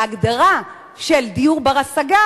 ההגדרה של דיור בר-השגה?